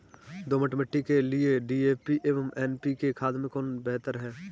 दोमट मिट्टी के लिए डी.ए.पी एवं एन.पी.के खाद में कौन बेहतर है?